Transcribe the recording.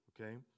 okay